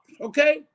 okay